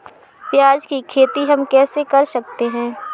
प्याज की खेती हम कैसे कर सकते हैं?